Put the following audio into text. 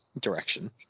direction